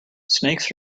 snakes